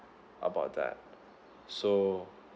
about that so